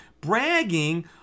bragging